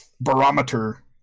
Barometer